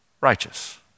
righteous